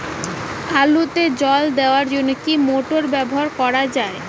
আলুতে জল দেওয়ার জন্য কি মোটর ব্যবহার করা যায়?